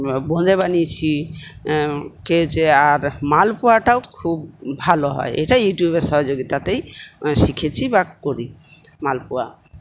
বোঁদে বানিয়েছি কি হয়েছে আর মালপোয়াটাও খুব ভালো হয় এটা ইউটিউবের সহযোগিতাতেই শিখেছি বা করি মালপোয়া